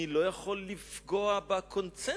אני לא יכול לפגוע בקונסנזוס,